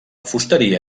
fusteria